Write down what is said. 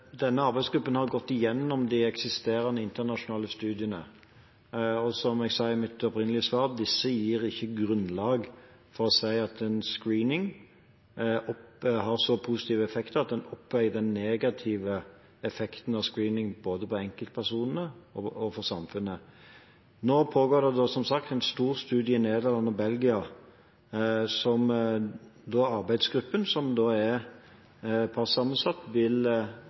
Denne arbeidsgruppen har gått gjennom de eksisterende internasjonale studiene, og som jeg sa i mitt opprinnelige svar, gir ikke disse grunnlag for å si at en screening har så positive effekter at den oppveier den negative effekten av screening både på enkeltpersoner og for samfunnet. Nå pågår det som sagt en stor studie i Nederland og Belgia, som arbeidsgruppen, som er partssammensatt, vil mene er